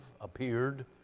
appeared